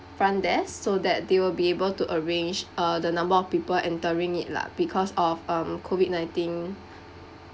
front desk so that they will be able to arrange uh the number of people entering it lah because of um COVID-nineteen